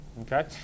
okay